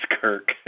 Kirk